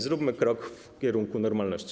Zróbmy krok w kierunku normalności.